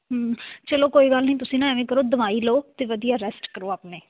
ਚਲੋ ਕੋਈ ਗੱਲ ਨਹੀਂ ਤੁਸੀਂ ਨਾ ਐਵੇਂ ਕਰੋ ਦਵਾਈ ਲਓ ਅਤੇ ਵਧੀਆ ਰੈਸਟ ਕਰੋ ਆਪਣੀ